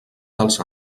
dels